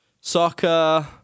soccer